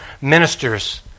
minister's